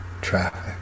Traffic